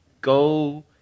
Go